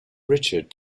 richard